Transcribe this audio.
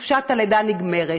חופשת הלידה נגמרת.